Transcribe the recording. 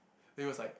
then he was like